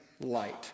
light